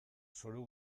zoru